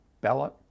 ballot